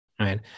Right